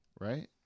right